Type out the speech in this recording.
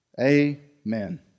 Amen